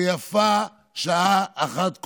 ויפה שעה אחת קודם.